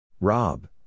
Rob